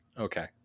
Okay